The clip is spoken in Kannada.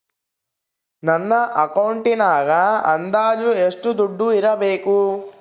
ನನ್ನ ಅಕೌಂಟಿನಾಗ ಅಂದಾಜು ಎಷ್ಟು ದುಡ್ಡು ಇಡಬೇಕಾ?